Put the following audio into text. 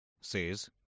says